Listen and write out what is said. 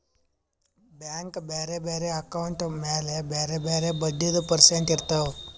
bank ಬ್ಯಾರೆ ಬ್ಯಾರೆ account ಮ್ಯಾಲ ಬ್ಯಾರೆ ಬ್ಯಾರೆ ಬಡ್ಡಿದು ಪರ್ಸೆಂಟ್ ಇರ್ತಾವ್